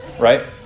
right